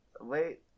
Wait